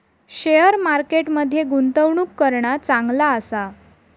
share market मध्ये गुंतवणूक करणा चांगला आसा